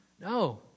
No